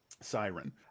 Siren